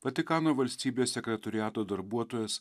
vatikano valstybės sekretoriato darbuotojas